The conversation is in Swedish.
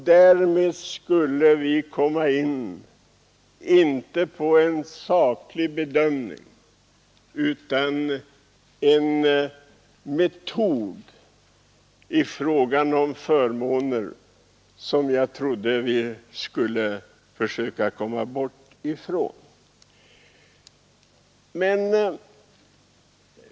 Därmed skulle man få inte en saklig bedömning av arbetet utan en metod när det gäller beviljande av förmåner, som jag trodde att vi ville försöka komma bort ifrån.